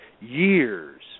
years